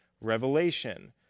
Revelation